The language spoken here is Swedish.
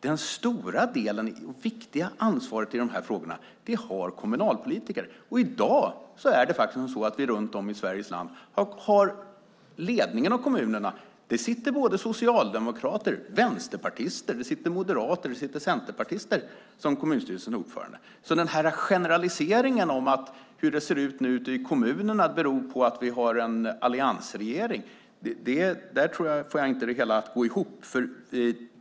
Det stora och viktiga ansvaret i dessa frågor har kommunalpolitikerna. Runt om i Sveriges land sitter det i dag både socialdemokrater, vänsterpartister, moderater och centerpartister som kommunstyrelsens ordförande. Generaliseringen av hur det ser ut i kommunerna och att det beror på att vi har en alliansregering går inte ihop.